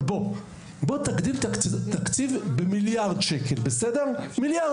אבל גם אם התקציב יגדל במיליארד שקלים, מיליארד,